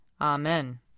Amen